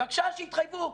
בבקשה שיתחייבו.